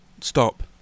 Stop